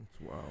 Wow